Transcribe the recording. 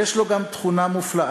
יש לו גם תכונה מופלאה: